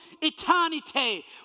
eternity